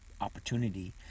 opportunity